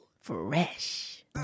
Fresh